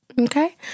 okay